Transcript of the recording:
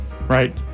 right